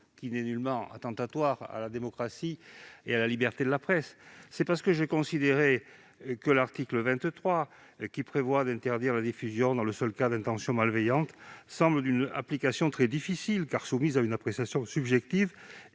qui n'est nullement attentatoire à la démocratie et à la liberté de la presse, c'est parce que j'ai considéré que l'interdiction de la diffusion dans le seul cas d'intentions malveillantes semble d'une application très difficile, car soumise à appréciation subjective